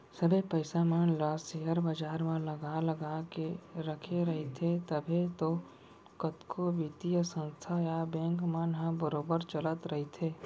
सबे पइसा मन ल सेयर बजार म लगा लगा के रखे रहिथे तभे तो कतको बित्तीय संस्था या बेंक मन ह बरोबर चलत रइथे